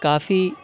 کافی